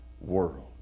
world